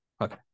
Okay